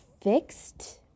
fixed